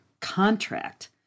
contract